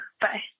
Bye